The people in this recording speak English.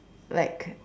like